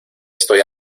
estoy